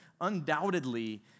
undoubtedly